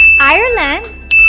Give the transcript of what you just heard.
Ireland